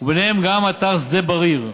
וביניהם גם אתר שדה בריר.